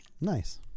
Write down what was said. Nice